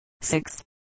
six